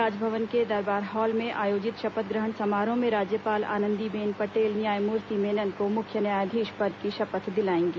राजभवन के दरबार हॉल में आयोजित शपथ ग्रहण समारोह में राज्यपाल आनंदीबेन पटेल न्यायमूर्ति मेनन को मुख्य न्यायाधीश पद की शपथ दिलाएंगी